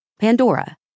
Pandora